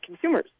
consumers